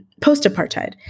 post-apartheid